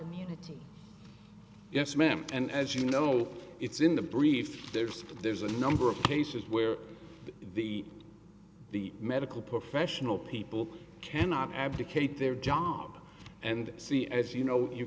immunity yes ma'am and as you know it's in the brief there's there's a number of cases where the the medical professional people cannot abdicate their job and c as you know you